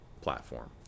platform